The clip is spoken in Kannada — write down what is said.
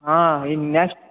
ಹಾಂ ಇನ್ನು ನೆಕ್ಸ್ಟ್